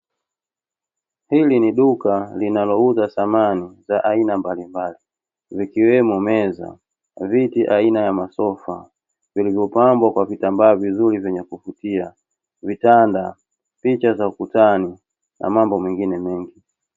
Hili ni duka linalouza samani za aina mbalimbali, zikiwemo: meza, na viti aina ya masofa, vilivyopambwa kwa vitambaa vizuri vyenye kuvutia, vitanda, picha za ukutani, na mambo mengine mengi.